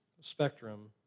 spectrum